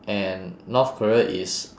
and north korea is